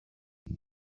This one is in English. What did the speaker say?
that